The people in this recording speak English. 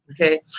Okay